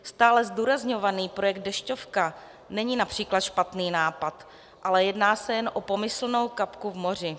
Stále zdůrazňovaný projekt Dešťovka není například špatný nápad, ale jedná se jen o pomyslnou kapku v moři.